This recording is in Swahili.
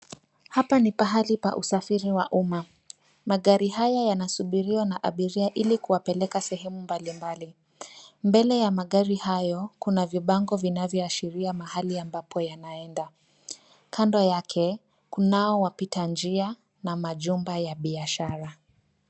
Hapa ni pahali pa usafiri wa umma. Magari haya yanasubiriwa na abiria ili kuwapeleka sehemu mbalimbali. Mbele ya magari hayo kuna vibango vinavyoashiria mahali ambapo yanaenda. Kando yake kuna wapita njia na majumba ya biashara.